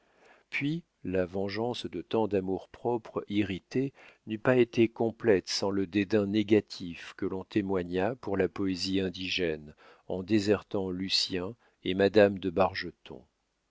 puis la vengeance de tant damours propres irrités n'eût pas été complète sans le dédain négatif que l'on témoigna pour la poésie indigène en désertant lucien et madame de